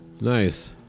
Nice